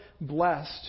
blessed